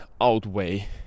outweigh